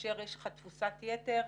כאשר יש תפוסת יתר,